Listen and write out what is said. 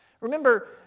Remember